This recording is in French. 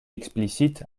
explicite